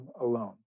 alone